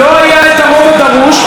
לא היה את הרוב הדרוש,